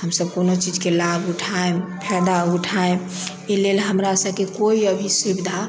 हमसब कोनो चीज के लाभ उठायब फेदा उठाएब ई लेल हमरा सबके कोइ अभी सुविधा